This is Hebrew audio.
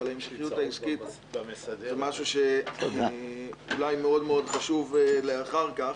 אבל המשכיות העסקית זה משהו שאולי מאוד מאוד חשוב לאחר כך,